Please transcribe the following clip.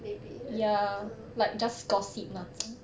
maybe right uh